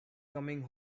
coming